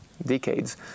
decades